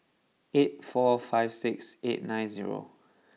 eight four five six eight nine zero